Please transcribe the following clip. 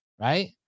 Right